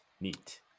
Neat